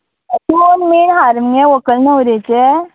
दोन मेन हार मगे व्हंकल न्हवरेचे